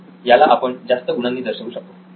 नितीन याला आपण जास्त गुणांनी दर्शवू शकतो